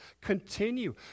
continue